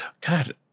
God